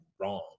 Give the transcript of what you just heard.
wrong